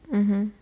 mmhmm